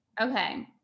Okay